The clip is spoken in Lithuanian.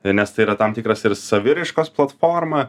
nes tai yra tam tikras ir saviraiškos platforma